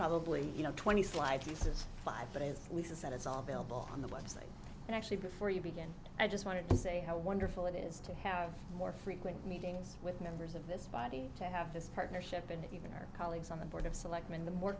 probably you know twenty slides he says five but as we said it's all available on the web site and actually before you begin i just wanted to say how wonderful it is to have more frequent meetings with members of this body to have this partnership and even our colleagues on the board of selectmen the more